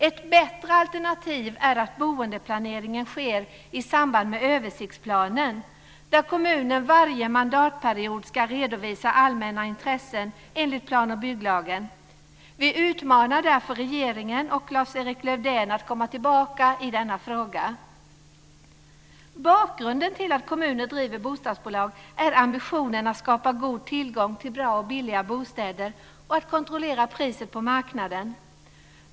Ett bättre alternativ är att boendeplaneringen sker i samband med skapandet av översiktsplanen, där kommunen varje mandatperiod ska redovisa allmänna intressen enligt plan och bygglagen. Vi utmanar därför regeringen och Lars-Erik Lövdén att komma tillbaka i denna fråga. Bakgrunden till att kommuner driver bostadsbolag är ambitionen att skapa god tillgång till bra och billiga bostäder och kontrollera priset på marknaden.